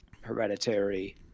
Hereditary